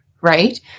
right